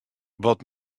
wat